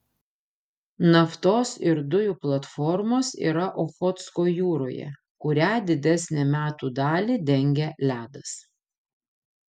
naftos ir dujų platformos yra ochotsko jūroje kurią didesnę metų dalį dengia ledas